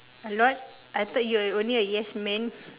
a lot I thought you are only a yes man